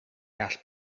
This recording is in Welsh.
gall